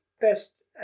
Best